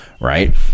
right